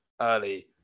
early